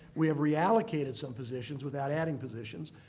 we have reallocated some positions without adding positions.